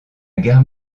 gare